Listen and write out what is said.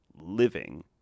living